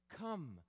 Come